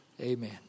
amen